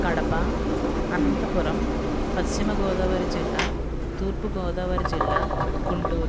కడప అనంతపురం పశ్చిమగోదావరి జిల్లా తూర్పుగోదావరి జిల్లా గుంటూరు